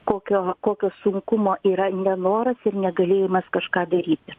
kokio kokio sunkumo yra nenoras ir negalėjimas kažką daryti